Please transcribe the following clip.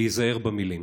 להיזהר במילים.